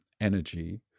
energy